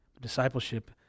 Discipleship